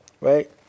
right